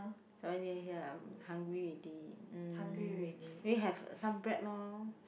somewhere near here I'm hungry already mm maybe have some bread lor